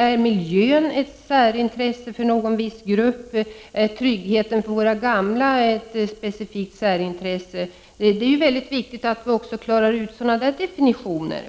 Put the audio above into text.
Är miljön ett särintresse för någon viss grupp? Är tryggheten för våra gamla ett specifikt särintresse? Det är väldigt viktigt att också klara ut sådana definitioner.